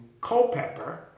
Culpeper